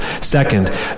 second